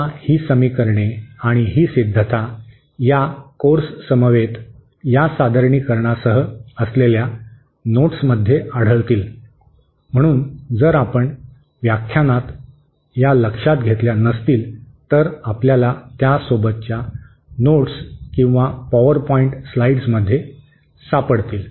आता ही समीकरणे आणि ही सिद्धता या कोर्ससमवेत या सादरीकरणासह असलेल्या नोट्समध्ये आढळतील म्हणून जर आपण व्याख्यानात या लक्षात घेतल्या नसतील तर आपल्याला त्या सोबतच्या नोट्स किंवा पीपीटी स्लाइडमध्ये सापडतील